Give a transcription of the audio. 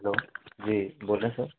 hello जी बोलें sir